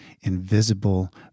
invisible